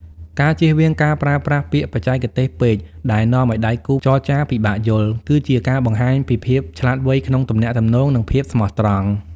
ការជៀសវាងការប្រើប្រាស់ពាក្យបច្ចេកទេសពេកដែលនាំឱ្យដៃគូចរចាពិបាកយល់ គឺជាការបង្ហាញពីភាពឆ្លាតវៃក្នុងទំនាក់ទំនង និងភាពស្មោះត្រង់។